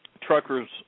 truckers